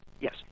Yes